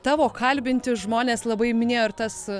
tavo kalbinti žmonės labai minėjo ir tas